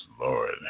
Lord